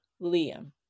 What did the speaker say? Liam